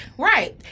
Right